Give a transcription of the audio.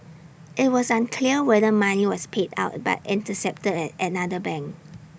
IT was unclear whether money was paid out but intercepted at another bank